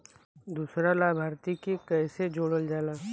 दूसरा लाभार्थी के कैसे जोड़ल जाला?